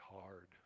hard